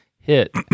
hit